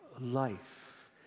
life